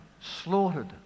slaughtered